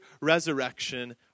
resurrection